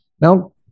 Now